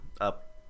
up